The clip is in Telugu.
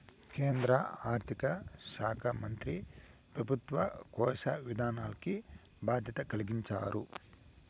కేంద్ర ఆర్థిక శాకా మంత్రి పెబుత్వ కోశ విధానాల్కి బాధ్యత కలిగించారు